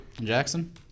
Jackson